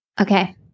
Okay